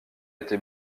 été